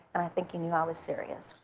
and i think he knew i was serious.